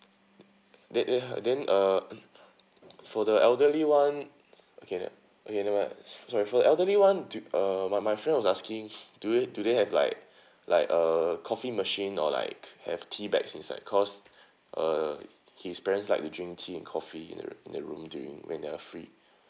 then then then then uh for the elderly [one] okay okay never mind sorry for the elderly [one] do uh my my friend was asking do you do they have like like a coffee machine or like have tea bags inside cause uh his parents like to drink tea and coffee in the in the room during when they're free